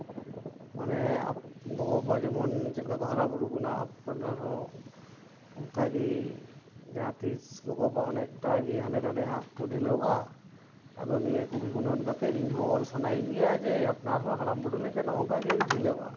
ᱢᱟᱱᱮ ᱜᱚᱜᱚᱼᱵᱟᱵᱟ ᱡᱮᱢᱚᱱ ᱪᱮᱫᱞᱮᱠᱟ ᱠᱚ ᱦᱟᱨᱟ ᱵᱩᱨᱩ ᱵᱚᱱᱟ ᱟᱯᱱᱟᱨ ᱦᱚᱸ ᱚᱱᱠᱟ ᱜᱮ ᱡᱟᱦᱟᱸᱛᱤᱥ ᱜᱚᱜᱚᱼᱵᱟᱵᱟ ᱚᱱᱮᱠᱴᱟ ᱜᱮ ᱦᱟᱸᱰᱮ ᱱᱟᱰᱮ ᱦᱟᱸᱜ ᱠᱚ ᱰᱷᱤᱞᱟᱣᱼᱟ ᱟᱫᱚ ᱱᱤᱭᱟᱹ ᱠᱚᱜᱮ ᱜᱩᱱᱟᱹᱱ ᱠᱟᱛᱮᱫ ᱤᱧ ᱦᱚᱸ ᱚᱞ ᱥᱟᱱᱟᱭᱤᱧ ᱜᱮᱭᱟ ᱡᱮ ᱟᱯᱱᱟᱨ ᱦᱚᱸ ᱦᱟᱲᱟᱢ ᱵᱩᱰᱷᱤ ᱞᱮᱱᱠᱷᱟᱱ ᱱᱚᱜᱼᱚ ᱱᱚᱝᱠᱟ ᱜᱮ ᱰᱷᱤᱞᱟᱹᱣᱼᱟ